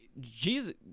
Jesus